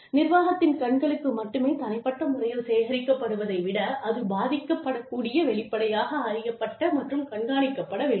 நிர்வாகத்தின் கண்களுக்கு மட்டுமே தனிப்பட்ட முறையில் சேகரிக்க படுவதை விட அது பாதிக்கப்படக்கூடிய வெளிப்படையாக அறியப்பட்ட மற்றும் கண்காணிக்கப்பட வேண்டும்